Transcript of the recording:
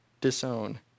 disown